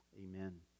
amen